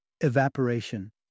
evaporation